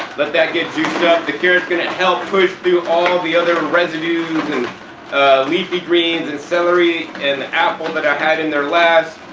let that get juiced up. the carrot's going to help push through all the other residues and leafy greens and celery and apple that i had in there last,